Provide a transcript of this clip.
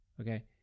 okay